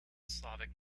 slavic